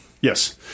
Yes